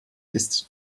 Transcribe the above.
ist